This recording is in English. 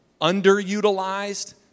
underutilized